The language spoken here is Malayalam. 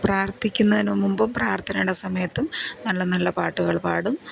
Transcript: പ്രാർത്ഥിക്കുന്നതിന് മുൻപും പ്രാർത്ഥനയുടെ സമയത്തും നല്ല നല്ല പാട്ടുകൾ പാടും